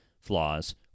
flaws